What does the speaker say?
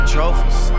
Trophies